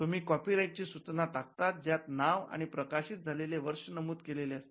तुम्ही कॉपीराइट ची सूचना टाकतात ज्यात नाव आणि प्रकाशित झालेले वर्ष नमूद केलेले असते